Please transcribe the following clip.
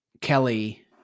Kelly